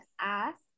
ask